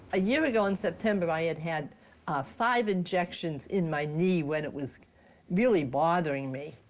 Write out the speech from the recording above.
a year ago in september, i had had five injections in my knee when it was really bothering me,